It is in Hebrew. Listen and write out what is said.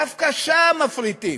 דווקא שם מפריטים.